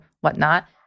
whatnot